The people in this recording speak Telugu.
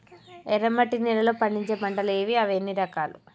ఎర్రమట్టి నేలలో పండించే పంటలు ఏవి? అవి ఎన్ని రకాలు?